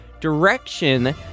direction